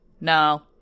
No